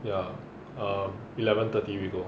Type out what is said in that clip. there are eleven thirty we go